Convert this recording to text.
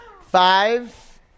Five